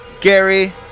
Gary